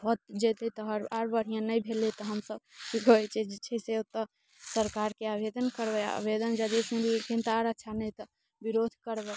भऽ जेतै तऽ आर बढ़िआँ नहि भेलै तऽ हमसब की कहैत छै जे छै से ओतऽ सरकारके आवेदन करबै आवेदन यदि सुनि लेलखिन तऽ आर अच्छा नहि तऽ विरोध करबै